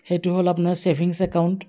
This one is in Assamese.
সেইটো হ'ল আপোনাৰ ছেভিংছ একাউণ্ট